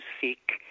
seek